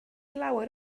lawer